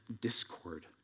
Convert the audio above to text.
discord